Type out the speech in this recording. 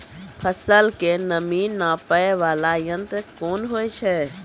फसल के नमी नापैय वाला यंत्र कोन होय छै